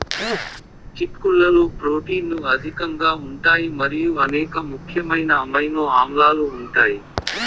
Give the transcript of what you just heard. చిక్కుళ్లలో ప్రోటీన్లు అధికంగా ఉంటాయి మరియు అనేక ముఖ్యమైన అమైనో ఆమ్లాలు ఉంటాయి